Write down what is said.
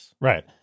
Right